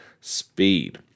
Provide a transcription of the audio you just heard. speed